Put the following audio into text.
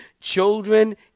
children